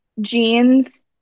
jeans